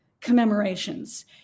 commemorations